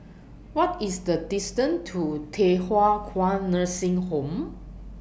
What IS The distance to Thye Hua Kwan Nursing Home